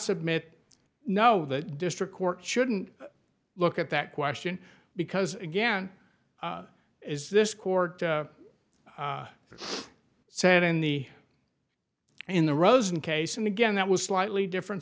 submit no the district court shouldn't look at that question because again is this court said in the in the rosen case and again that was slightly different